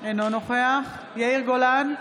אינו נוכח יאיר גולן,